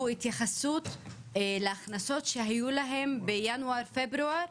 התייחסות להכנסות שהיו להם בינואר-פברואר,